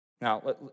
Now